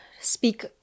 speak